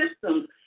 systems